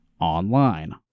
online